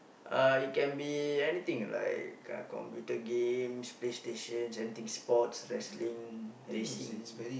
uh it can be anything like computer games play stations anything sports wrestling racing